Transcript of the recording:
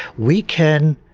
we can,